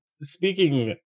speaking